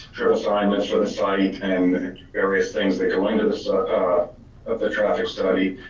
their assignments for the site and various things that go into the sort of the traffic study.